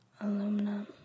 Aluminum